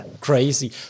crazy